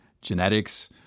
genetics